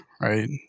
right